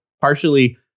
partially